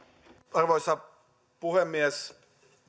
arvoisa puhemies